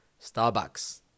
Starbucks